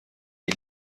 die